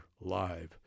Live